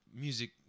music